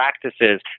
practices